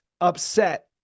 upset